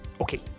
Okay